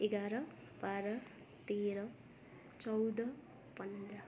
एघार बाह्र तेह्र चौध पन्ध्र